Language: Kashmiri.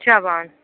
چٮ۪وان